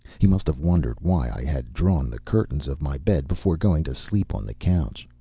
he must have wondered why i had drawn the curtains of my bed before going to sleep on the couch.